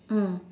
mm